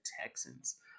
Texans